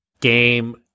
game